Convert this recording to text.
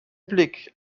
blick